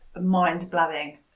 mind-blowing